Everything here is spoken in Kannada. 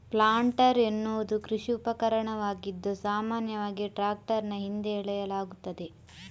ಪ್ಲಾಂಟರ್ ಎನ್ನುವುದು ಕೃಷಿ ಉಪಕರಣವಾಗಿದ್ದು, ಸಾಮಾನ್ಯವಾಗಿ ಟ್ರಾಕ್ಟರಿನ ಹಿಂದೆ ಎಳೆಯಲಾಗುತ್ತದೆ